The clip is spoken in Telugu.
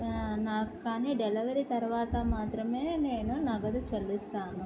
నా కానీ డెలివరీ తరువాత మాత్రమే నేను నగదు చెల్లిస్తాను